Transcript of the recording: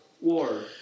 war